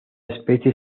especie